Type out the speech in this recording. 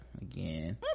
again